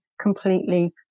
completely